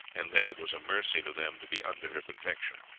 and that it was a mercy to them to be under her protection.